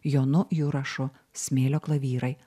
jonu jurašu smėlio klavyrai